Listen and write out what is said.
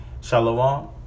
Shalom